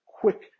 quick